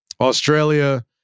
Australia